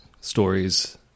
stories